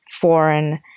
foreign